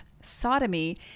sodomy